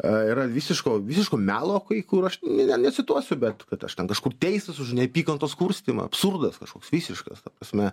a yra visiško visiško melo kai kur aš ne necituosiu bet kad aš ten kažkur teistas už neapykantos kurstymą absurdas kažkoks visiškas ta prasme